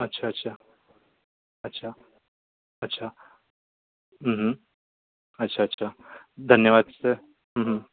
अच्छा अच्छा अच्छा अच्छा अच्छा अच्छा धन्यवाद सर